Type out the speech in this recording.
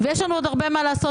ויש לנו עוד הרבה לעשות,